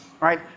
right